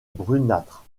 brunâtre